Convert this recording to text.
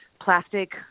plastic